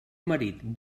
marit